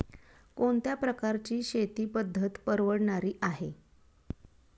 कोणत्या प्रकारची शेती पद्धत परवडणारी आहे?